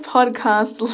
Podcast